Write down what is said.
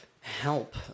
help